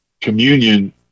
communion